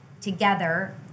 together